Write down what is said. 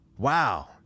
Wow